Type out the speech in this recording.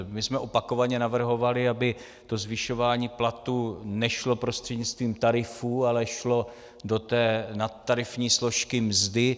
My jsme opakovaně navrhovali, aby zvyšování platů nešlo prostřednictvím tarifů, ale šlo do té nadtarifní složky mzdy.